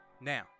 Now